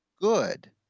good